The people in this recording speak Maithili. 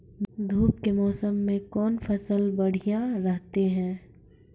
धूप के मौसम मे कौन फसल बढ़िया रहतै हैं?